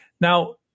Now